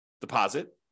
deposit